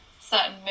certain